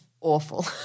awful